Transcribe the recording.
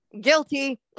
Guilty